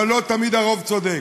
אבל לא תמיד הרוב צודק.